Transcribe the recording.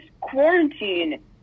quarantine